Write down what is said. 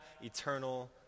eternal